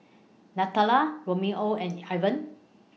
Nathalia Romeo and Evan